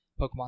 pokemon